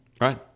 Right